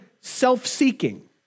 self-seeking